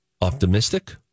optimistic